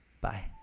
Bye